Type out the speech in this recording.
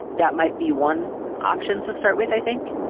that might be one option to start with, i think.